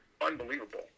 unbelievable